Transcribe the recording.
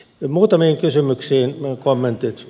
muutamiin kysymyksiin kommentit